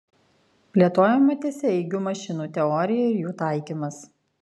plėtojama tiesiaeigių mašinų teorija ir jų taikymas